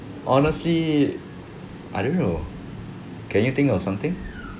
honestly I don't know can you think of something